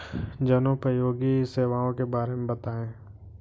जनोपयोगी सेवाओं के बारे में बताएँ?